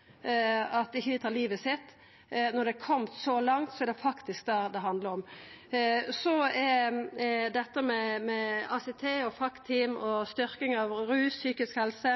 dei ikkje døyr, at dei ikkje tar livet sitt. Når det er kome så langt, er det faktisk det det handlar om. Så er det dette med ACT- og FACT-team og styrking av rus, psykisk helse: